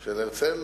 של הרצל.